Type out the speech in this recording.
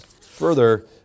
further